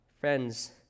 Friends